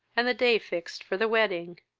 and the day fixed for the wedding.